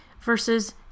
versus